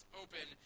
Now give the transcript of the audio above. open